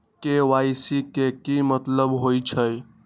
KYC के कि मतलब होइछइ?